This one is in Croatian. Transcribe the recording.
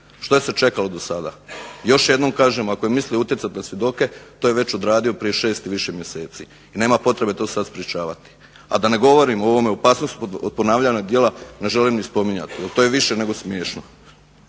Što se čekalo do sada? Još jednom kažem, ako je mislio utjecati na svjedoke to je već odradio prije šest i više mjeseci i nema potrebe to sad sprječavati, a da ne govorim o ovome, opasnosti od ponavljanja djela ne želim ni spominjati. To je više nego smiješno.